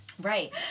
Right